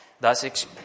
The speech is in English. Thus